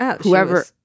Whoever